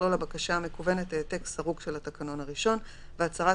תכלול הבקשה המקוונת העתק סרוק של התקנון הראשון והצהרת